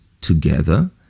together